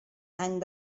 any